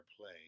play